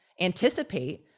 anticipate